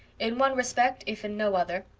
in one respect, if in no other,